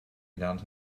gelernt